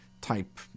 type